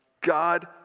God